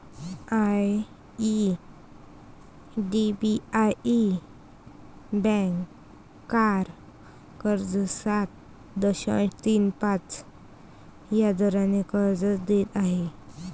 IDBI bank car कर्ज सात दशांश तीन पाच या दराने कर्ज देत आहे